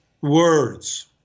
words